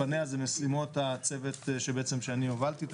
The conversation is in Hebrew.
לפניה זה משימות הצוות שאני הובלתי.